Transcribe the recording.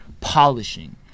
polishing